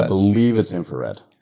i believe it's infrared.